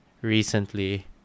recently